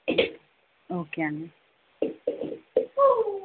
okay అండి